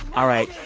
all right.